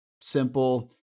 simple